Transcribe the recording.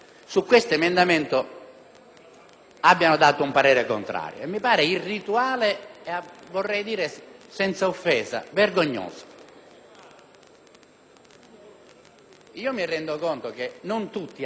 abbia espresso un parere contrario. Ciò mi sembra irrituale e, vorrei dire senza offesa, vergognoso. Mi rendo conto che non tutti hanno interesse ad ascoltare;